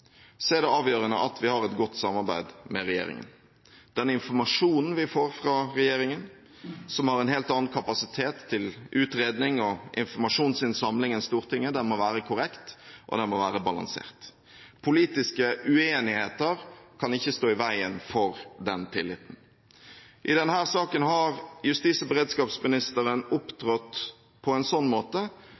er det avgjørende at vi har et godt samarbeid med regjeringen. Den informasjonen vi får fra regjeringen, som har en helt annen kapasitet til utredning og informasjonsinnsamling enn Stortinget, må være korrekt og balansert. Politiske uenigheter kan ikke stå i veien for den tilliten. I denne saken har justis- og beredskapsministeren opptrådt på en sånn måte